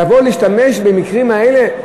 לבוא להשתמש בו במקרים האלה?